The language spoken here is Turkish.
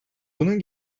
bunun